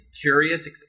curious